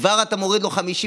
כבר אתה מוריד לו 50%,